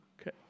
Okay